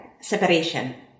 separation